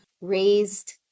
raised